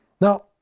now